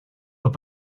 but